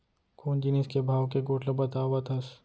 कोन जिनिस के भाव के गोठ ल बतावत हस?